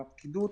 של הפקידות,